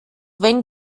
wenn